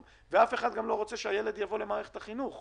אף אחד גם לא רוצה שהילד יבוא למערכת החינוך.